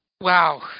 Wow